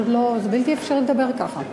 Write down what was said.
זה בלתי אפשרי לדבר ככה.